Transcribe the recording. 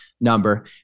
number